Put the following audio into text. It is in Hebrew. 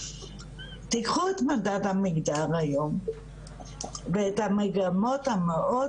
תקחו את מדד המגדר היום ואת המגמות המאוד